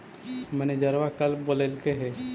मैनेजरवा कल बोलैलके है?